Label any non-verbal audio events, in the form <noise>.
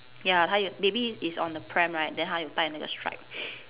ya 她有 baby is on the pram right then 她有 tie 那个 strap <noise>